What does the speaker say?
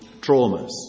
traumas